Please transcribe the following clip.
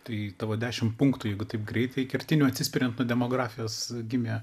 tai tavo dešimt punktų jeigu taip greitai kertinių atsispiriant nuo demografijos gimė